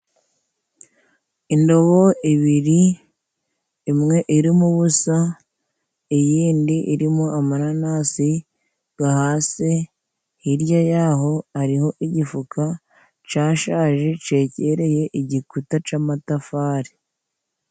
Indobo ibiri imwe irimo ubusa iyindi irimo amananasi, gahase hirya yaho hariho igifuka cashaje cegereye igikuta c'amatafari.